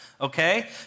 okay